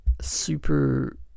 super